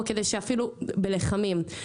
או אפילו בלחמים.